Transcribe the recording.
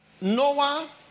Noah